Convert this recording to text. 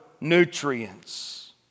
nutrients